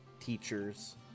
teachers